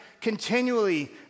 continually